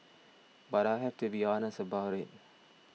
but I have to be honest about it